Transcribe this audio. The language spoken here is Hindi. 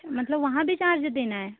अच्छा मतलब वहाँ भी चार्ज देना है